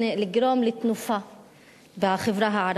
בבקשה, גברתי.